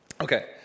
Okay